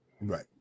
Right